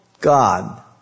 God